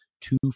two